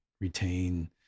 retain